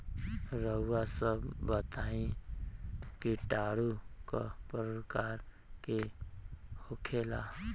रउआ सभ बताई किटाणु क प्रकार के होखेला?